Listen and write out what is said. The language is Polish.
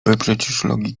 naruszałoby